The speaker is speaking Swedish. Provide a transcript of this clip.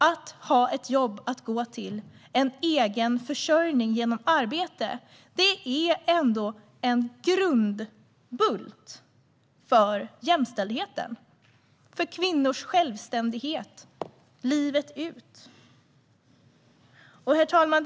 Att ha ett jobb att gå till och en egen försörjning genom arbete är ändå en grundbult för jämställdheten och för kvinnors självständighet livet ut. Herr talman!